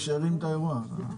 ולאוריה שהרים את האירוע.